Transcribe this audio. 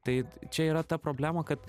tai čia yra ta problema kad